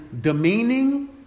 demeaning